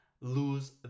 lose